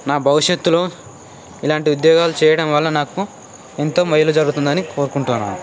నా భవిష్యత్తులో ఇలాంటి ఉద్యోగాలు చేయడం వల్ల నాకు ఎంతో మేలు జరుగుతుందని కోరుకుంటున్నాను